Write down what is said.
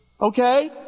Okay